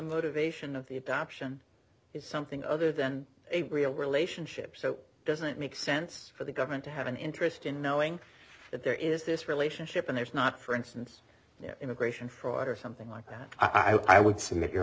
motivation of the adoption is something other than a real relationship so it doesn't make sense for the government to have an interest in knowing that there is this relationship and there's not for instance immigration fraud or something like that i would submit your